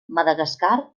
madagascar